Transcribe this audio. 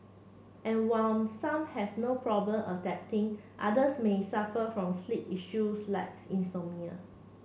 and while some have no problem adapting others may suffer from sleep issues like insomnia